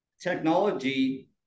Technology